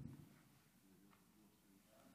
אנחנו ניגשים לרשימת הדוברים.